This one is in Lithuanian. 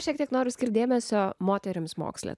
šiek tiek norus ir dėmesio moterims moksle